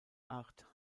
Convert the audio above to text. art